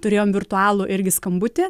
turėjom virtualų irgi skambutį